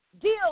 deal